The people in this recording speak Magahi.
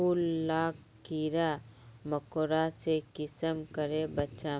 फूल लाक कीड़ा मकोड़ा से कुंसम करे बचाम?